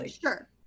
Sure